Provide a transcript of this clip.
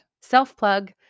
Self-plug